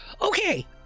Okay